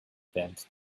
bent